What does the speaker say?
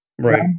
Right